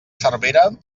cervera